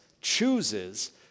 chooses